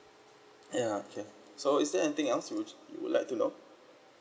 ya okay so is there anything else you wou~ you would like to know